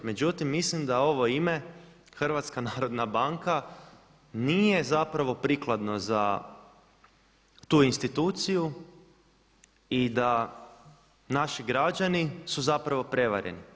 Međutim, mislim da ovo ime HNB nije zapravo prikladno za tu instituciju i da naši građani su zapravo prevareni.